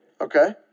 okay